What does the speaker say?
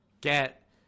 get